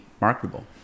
marketable